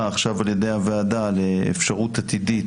עכשיו על-ידי הוועדה לאפשרות עתידית,